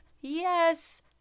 yes